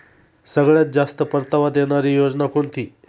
सगळ्यात जास्त परतावा देणारी योजना कोणती?